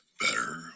better